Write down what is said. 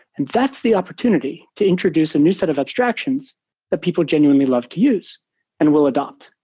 and that's the opportunity to introduce a new set of abstractions that people genuinely love to use and will adapt.